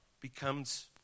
becomes